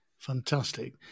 Fantastic